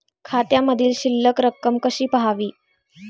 खात्यामधील शिल्लक रक्कम कशी पहावी?